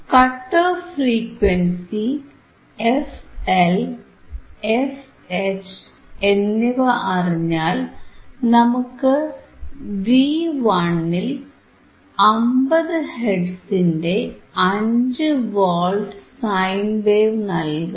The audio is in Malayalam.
cut off frequency f L fH എന്നിവ അറിഞ്ഞാൽ നമുക്ക് V1ൽ 50 ഹെർട്സിന്റെ 5 വോൾട്ട് സൈൻ വേവ് നൽകാം